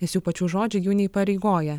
nes jų pačių žodžiai jų neįpareigoja